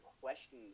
questions